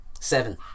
Seven